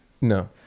No